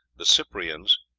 the cyprians,